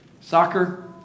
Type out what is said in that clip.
Soccer